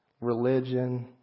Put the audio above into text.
religion